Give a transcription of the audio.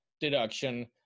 deduction